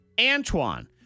Antoine